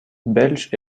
belge